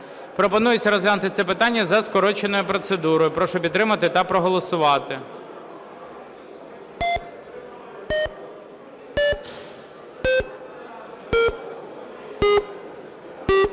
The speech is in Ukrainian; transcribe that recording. Пропонується розглянути це питання за скороченою процедурою. Прошу підтримати та проголосувати.